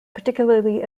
particularly